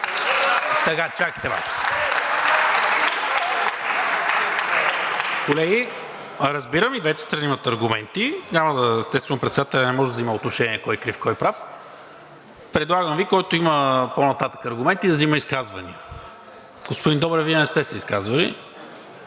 Сега, чакайте малко. Колеги, разбирам, и двете страни имат аргументи, естествено, председателят не може да взима отношение кой крив, кой прав. Предлагам Ви, който има по-нататък аргументи, да взима изказвания. Господин Добрев, Вие не сте се изказвали.